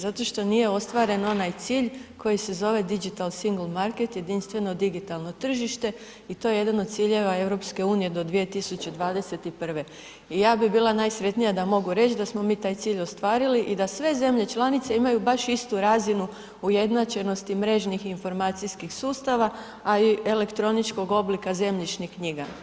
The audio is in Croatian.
Zato što nije ostvaren onaj cilj, koji se zove Digital single market, jedinstveno digitalno tržište i to je jedan od ciljeva EU do 2021. i ja bi bila najsretnija da mogu reći da smo mi taj cilj ostvarili i da sve zemlje članice imaju baš istu razinu ujednačenosti mrežnih informacijskih sustava, a i elektroničkog oblika zemljišnih knjiga.